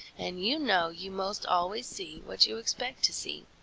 and you know you most always see what you expect to see.